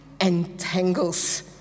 entangles